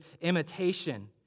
imitation